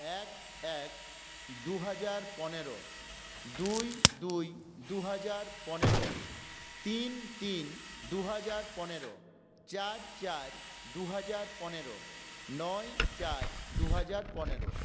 এক এক দুহাজার পনেরো দুই দুই দুহাজার পনেরো তিন তিন দুহাজার পনেরো চার চার দুহাজার পনেরো নয় চার দুহাজার পনেরো